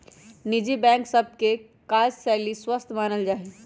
निजी बैंक सभ के काजशैली स्वस्थ मानल जाइ छइ